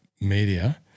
media